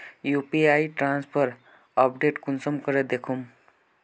UPI transfer update कुंसम करे दखुम?